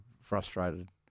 frustrated